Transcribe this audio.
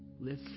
Live